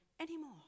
anymore